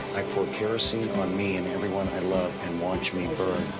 i pour kerosene on me and everyone i love and watch me burn.